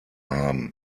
haben